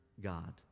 God